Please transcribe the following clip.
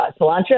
cilantro